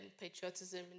patriotism